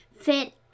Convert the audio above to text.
fit